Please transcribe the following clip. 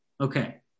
Okay